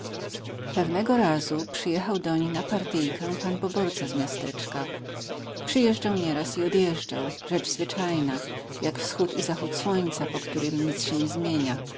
pewnego razu przyjechał doń na partyjkę pan poborca z miasteczka przyjeżdżał nieraz i odjeżdżał rzecz zwyczajna jak wschód i zachód słońca po których nic się nie zmienia